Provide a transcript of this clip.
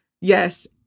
yes